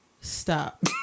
stop